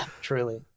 Truly